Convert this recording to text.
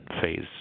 phase